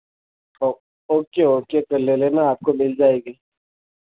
okay okay कर लेना ना आपको मिल जाएगी